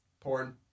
porn